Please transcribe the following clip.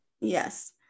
yes